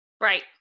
Right